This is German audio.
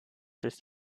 des